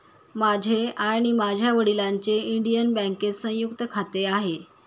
माझे आणि माझ्या वडिलांचे इंडियन बँकेत संयुक्त खाते आहे